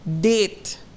date